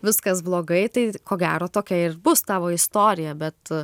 viskas blogai tai ko gero tokia ir bus tavo istorija bet